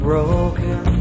Broken